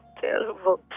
Terrible